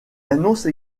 annoncent